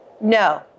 No